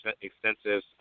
extensive